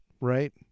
right